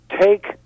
take